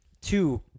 two